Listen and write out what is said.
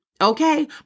Okay